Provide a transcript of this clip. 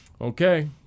okay